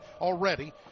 already